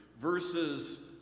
versus